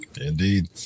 indeed